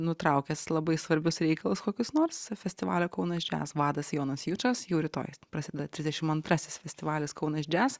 nutraukęs labai svarbius reikalus kokius nors festivalio kaunas jazz vadas jonas jučas jau rytoj prasideda trisdešim antrasis festivalis kaunas jazz